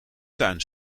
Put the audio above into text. tuin